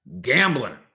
gambling